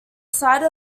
site